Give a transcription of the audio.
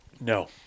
No